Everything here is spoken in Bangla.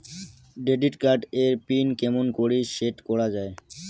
ক্রেডিট কার্ড এর পিন কেমন করি সেট করা য়ায়?